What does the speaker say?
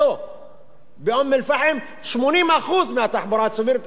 באום-אל-פחם 80% מהתחבורה הציבורית עוברת ליד היישוב.